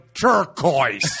turquoise